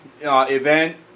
event